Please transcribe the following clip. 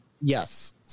Yes